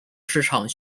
市场